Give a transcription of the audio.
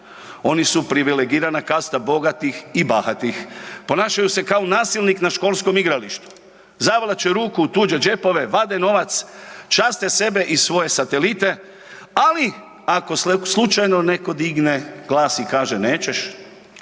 oni su privilegirana kasta bogatih i bahatih. Ponašaju se kao nasilnik na školskom igralištu. Zavlači ruku u tuđe džepove, vade novac, časte sebe i svoje satelite, ali ako slučajno netko digne glas i kaže nećeš,